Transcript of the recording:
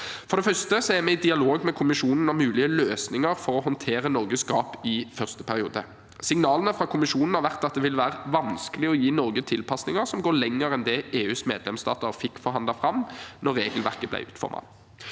For det første er vi i dialog med Kommisjonen om mulige løsninger for å håndtere Norges gap i første periode. Signalene fra Kommisjonen har vært at det vil være vanskelig å gi Norge tilpasninger som går lenger enn det EUs medlemsstater fikk forhandlet fram da regelverket ble utformet.